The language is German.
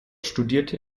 studierte